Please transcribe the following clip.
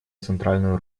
центральную